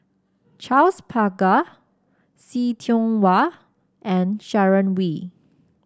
Charles Paglar See Tiong Wah and Sharon Wee